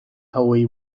hauei